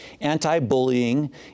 anti-bullying